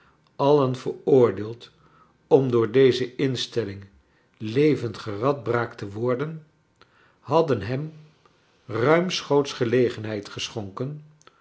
alien veroordeeld om door deze instelling levend geradbraakt te worden hadden hem ruimschoots gelegenheid geschonken